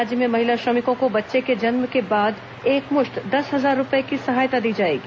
राज्य में महिला श्रमिकों को बच्चे के जन्म के बाद एकमुश्त दस हजार रूपये की सहायता दी जाएगी